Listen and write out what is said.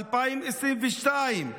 2022,